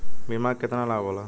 बीमा के केतना लाभ होला?